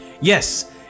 Yes